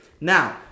Now